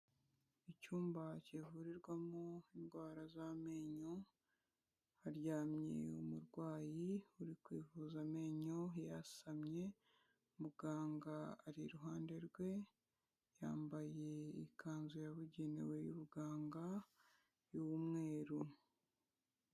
Icyumba kivurirwamo indwara z'amenyo, haryamye umurwayi uri kwivuza amenyo, yasamye muganga ari iruhande rwe, yambaye ikanzu yabugenewe y'ubuganga y'umweru.